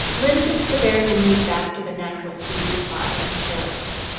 lynn thinks the bears will move back to their natural food supply in the forest.